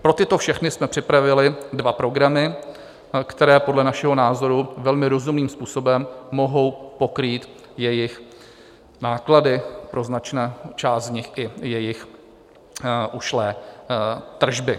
Pro tyto všechny jsme připravili dva programy, které podle našeho názoru velmi rozumným způsobem mohou pokrýt jejich náklady, pro značnou část z nich i jejich ušlé tržby.